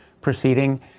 proceeding